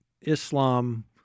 Islam